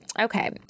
Okay